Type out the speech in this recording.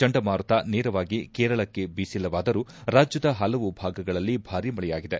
ಚಂಡಮಾರುತ ನೇರವಾಗಿ ಕೇರಳಕ್ಕೆ ಬೀಸಿಲ್ಲವಾದರೂ ರಾಜ್ಯದ ಪಲವು ಭಾಗಗಳಲ್ಲಿ ಭಾರಿ ಮಳೆಯಾಗಿದೆ